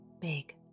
big